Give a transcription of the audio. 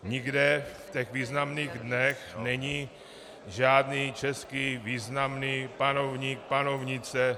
Nikde v těch významných dnech není žádný český významný panovník, panovnice, osoba